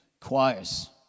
choirs